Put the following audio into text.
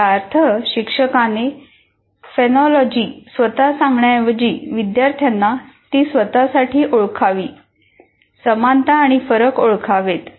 याचा अर्थ शिक्षकाने फेनोलॉजी स्वतः सांगण्याऐवजी विद्यार्थ्यांनी ती स्वतःसाठी ओळखावी साधर्म्य आणि फरक ओळखावेत